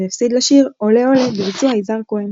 והפסיד לשיר "עולה עולה" בביצוע יזהר כהן.